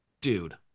Dude